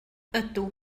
ydw